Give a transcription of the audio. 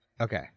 Okay